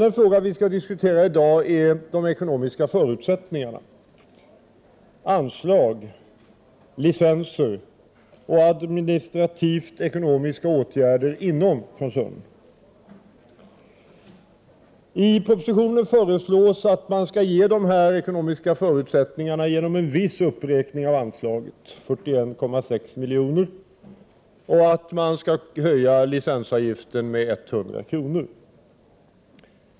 Den fråga vi skall diskutera i dag är de ekonomiska förutsättningarna, anslag, licenser och administrativt ekonomiska åtgärder inom koncernen. I propositionen föreslås att man skall ge dessa ekonomiska förutsättningar genom en viss uppräkning av anslaget, 41,6 miljoner, och att man skall höja licensavgiften med 100 kr.